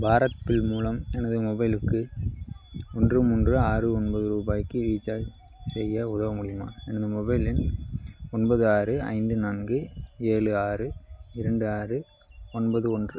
Bharat bill மூலம் எனது மொபைலுக்கு ஒன்று மூன்று ஆறு ஒன்பது ரூபாய்க்கு ரீசார்ஜ் செய்ய உதவ முடியுமா எனது மொபைல் எண் ஒன்பது ஆறு ஐந்து நான்கு ஏழு ஆறு இரண்டு ஆறு ஒன்பது ஒன்று